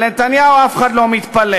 על נתניהו אף אחד לא מתפלא,